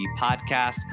Podcast